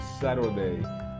Saturday